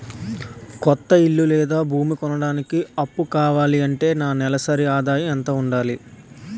కొత్త ఇల్లు లేదా భూమి కొనడానికి అప్పు కావాలి అంటే నా నెలసరి ఆదాయం ఎంత ఉండాలి?